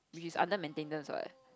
which is under maintenance what